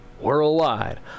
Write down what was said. Worldwide